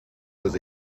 was